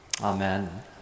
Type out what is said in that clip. Amen